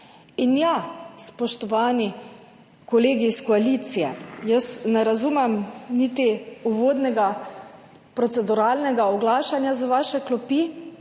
Spoštovani kolegi iz koalicije, jaz ne razumem niti uvodnega proceduralnega oglašanja z vaše klopi.